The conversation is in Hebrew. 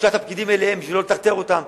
לשלוח את הפקידים אליהם בשביל לא לטרטר אותם,